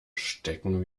stecken